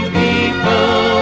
people